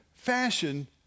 fashion